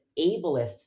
ableist